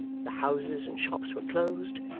the houses and shops were closed,